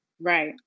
Right